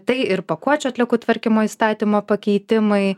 tai ir pakuočių atliekų tvarkymo įstatymo pakeitimai